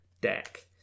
deck